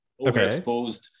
overexposed